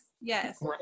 Yes